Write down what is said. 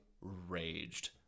raged